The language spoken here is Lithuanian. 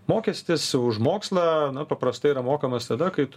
mokestis už mokslą na paprastai yra mokamas tada kai tu